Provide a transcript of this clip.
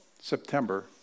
September